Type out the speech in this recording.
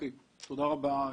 תודה רבה,